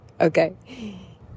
okay